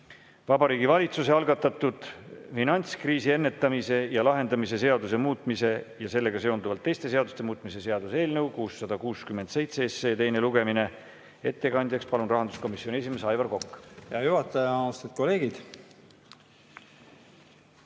Vabariigi Valitsuse algatatud finantskriisi ennetamise ja lahendamise seaduse muutmise ja sellega seonduvalt teiste seaduste muutmise seaduse eelnõu 667 teine lugemine. Ettekandjaks palun rahanduskomisjoni esimehe Aivar Koka. Tänane seitsmes